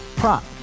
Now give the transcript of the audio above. Prop